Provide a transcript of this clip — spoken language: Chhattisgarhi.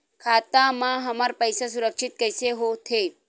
खाता मा हमर पईसा सुरक्षित कइसे हो थे?